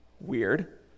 Weird